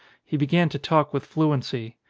he began to talk with fluency.